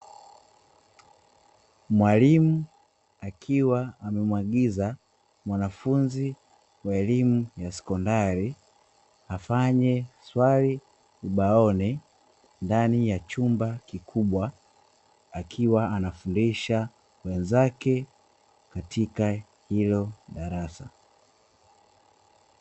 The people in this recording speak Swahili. Mwalimu akiwa amemuagiza mwanafunzi wa elimu ya sekondari afanye swali ubaoni, ndani ya chumba kikubwa akiwa anafundisha wenzake katika hilo darasa.